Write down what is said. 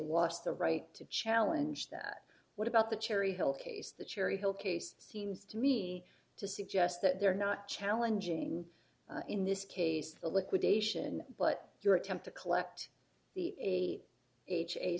was the right to challenge that what about the cherry hill case the cherry hill case seems to me to suggest that they're not challenging in this case the liquidation but your attempt to collect the